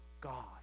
god